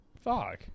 Fuck